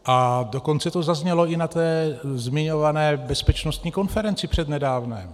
A dokonce to zaznělo i na té zmiňované bezpečnostní konferenci přednedávnem.